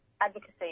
advocacy